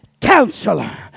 Counselor